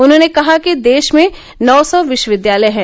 उन्होंने कहा कि देश में नौ सौ विश्वविद्यालय हैं